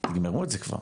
תגמרו את זה כבר,